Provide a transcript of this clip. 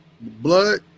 blood